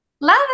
Love